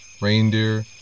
reindeer